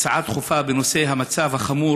הצעה דחופה בנושא המצב החמור